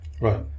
Right